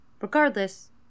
Regardless